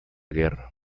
guerra